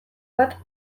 bat